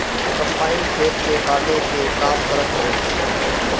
combine खेत के काटे के काम करत हवे